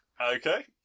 Okay